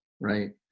Right